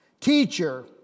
Teacher